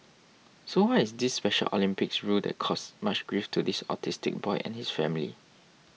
so what is this Special Olympics rule that caused much grief to this autistic boy and his family